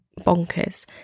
bonkers